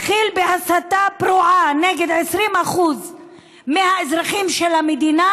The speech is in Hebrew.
התחיל בהסתה פרועה נגד 20% מהאזרחים של המדינה,